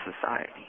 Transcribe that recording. society